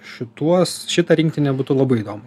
šituos šitą rinktinę būtų labai įdomu